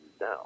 now